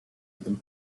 them